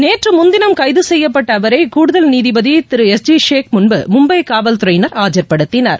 நேற்று முன்தினம் கைது செய்யப்பட்ட அவரை கூடுதல் நீதிபதி எஸ்ஜி ஷேக் முன்பு மும்பை காவல்துறையினர் ஆஜர்படுத்தினர்